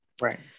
Right